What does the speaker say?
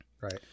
Right